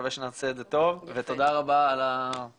נקווה שנעשה את זה טוב ותודה רבה על השותפות.